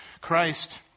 Christ